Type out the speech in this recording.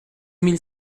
mille